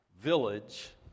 village